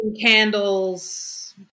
candles